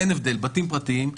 בתים פרטיים.